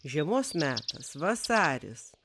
žiemos metas vasaris